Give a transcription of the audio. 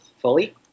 fully